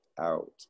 out